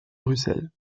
russell